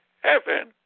heaven